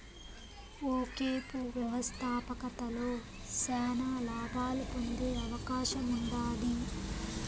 ఒకేపు వ్యవస్థాపకతలో శానా లాబాలు పొందే అవకాశముండాది